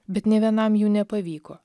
bet nė vienam jų nepavyko